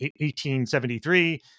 1873